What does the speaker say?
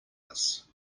this